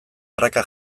prakak